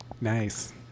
Nice